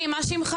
-- אדוני מה שמך?